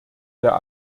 der